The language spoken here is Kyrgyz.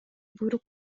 буйрук